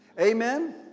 Amen